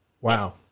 Wow